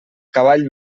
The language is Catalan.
cavall